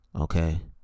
Okay